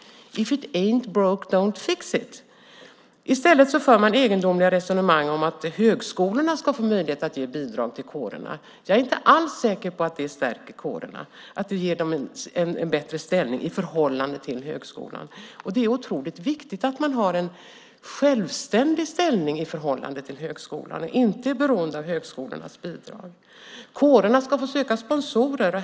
If it ain't broke, don't fix it! I stället för man egendomliga resonemang om att högskolorna ska få möjlighet att ge bidrag till kårerna. Jag är inte alls säker på att det stärker kårerna, att det ger dem en bättre ställning i förhållande till högskolan. Det är otroligt viktigt att man har en självständig ställning i förhållande till högskolan, att man inte är beroende av högskolornas bidrag. Kårerna ska få söka sponsorer.